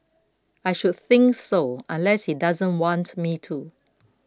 I should think so unless he doesn't want me to